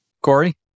Corey